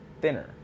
thinner